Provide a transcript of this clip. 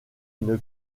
une